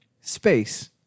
space